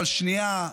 אבל שנייה,